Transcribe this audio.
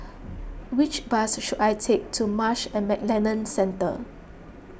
which bus should I take to Marsh and McLennan Centre